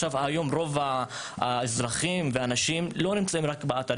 היום רוב האנשים לא נמצאים רק באתר,